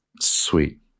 sweet